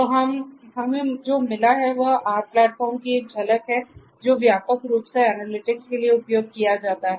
तो हमें जो मिला है वह R प्लेटफॉर्म की एक झलक है जो व्यापक रूप से एनालिटिक्स के लिए उपयोग किया जाता है